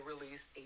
release